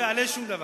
זה לא יעלה שום דבר.